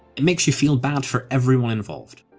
it makes you feel bad for everyone involved.